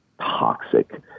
toxic